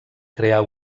crear